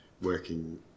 working